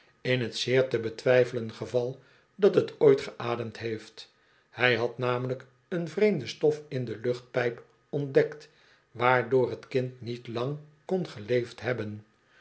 in t zeer te betwijfelen geval dat het ooit geademd heeft hij had namelijk een vreemde stof in de luchtpijp ontdekt waardoor t kind niet lang kon geleefd hebben